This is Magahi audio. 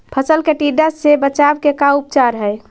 फ़सल के टिड्डा से बचाव के का उपचार है?